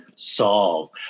solve